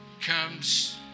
comes